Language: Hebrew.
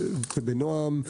בנועם.